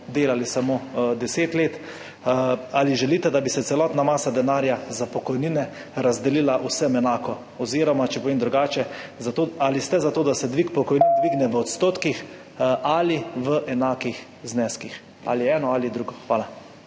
delali samo 10 let. Ali želite, da bi se celotna masa denarja za pokojnine razdelila vsem enako? Oziroma, če povem drugače: Ali ste za to, da se dvig pokojnin dvigne v odstotkih ali v enakih zneskih, ali eno ali drugo? Hvala.